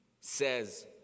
says